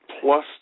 plus